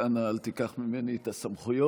רק אנא אל תיקח ממני את הסמכויות.